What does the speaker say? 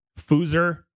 Foozer